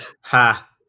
ha